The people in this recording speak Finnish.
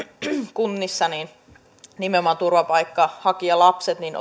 kunnissa turvapaikanhakijalapset lasketaan